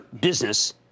business